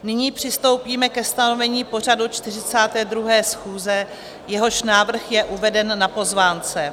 Nyní přistoupíme ke stanovení pořadu 42. schůze, jehož návrh je uveden na pozvánce.